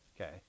Okay